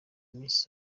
miss